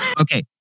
Okay